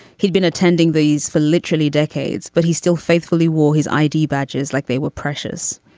he'd been attending these for literally decades, but he still faithfully wore his i d. badges like they were precious.